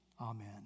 Amen